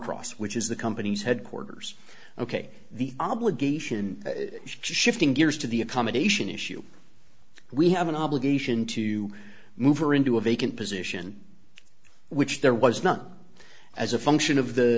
norcross which is the company's headquarters ok the obligation shifting gears to the accommodation issue we have an obligation to move or into a vacant position which there was not as a function of the